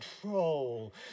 control